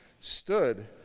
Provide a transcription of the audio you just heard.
stood